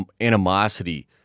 animosity